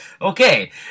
okay